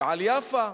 ועל יפא,